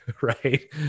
Right